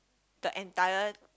the entire